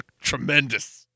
tremendous